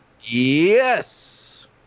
Yes